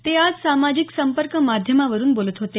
ते आज सामाजिक संपर्क माध्यमावरून बोलत होते